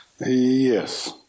Yes